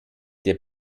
der